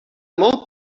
molt